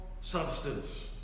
substance